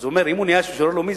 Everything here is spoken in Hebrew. הוא אמר: אם הוא נהיה משורר לאומי,